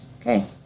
Okay